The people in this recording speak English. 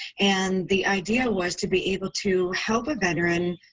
and the idea was to be able to help a veteran,